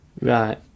Right